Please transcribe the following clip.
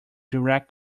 direct